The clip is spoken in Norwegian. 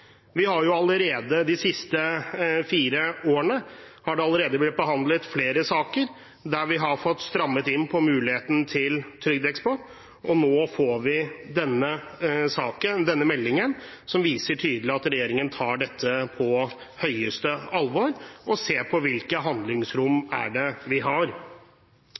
De siste fire årene har det allerede blitt behandlet flere saker der vi har fått strammet inn muligheten til trygdeeksport, og nå får vi denne meldingen, som tydelig viser at regjeringen tar dette på høyeste alvor og ser på hvilke handlingsrom vi har. Når man da kommer til kjøpekraftsjusteringen av barnetrygd og kontantstøtte, mener jeg det